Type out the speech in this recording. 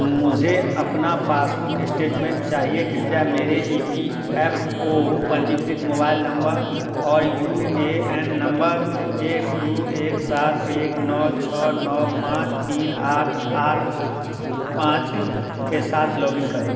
मुझे अपना passbook statement चाहिए कृपया मेरे ई पी एफ़ ओ पंजीकृत मोबाइल नम्मर और यू ए एन नम्मर एक दो एक सात एक नौ छः नौ पाँच तीन आठ आठ पाँच के साथ लॉगिन करें